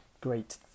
great